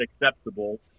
acceptable